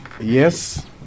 yes